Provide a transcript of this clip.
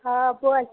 हँ बोल